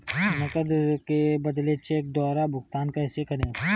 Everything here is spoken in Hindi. नकद के बदले चेक द्वारा भुगतान कैसे करें?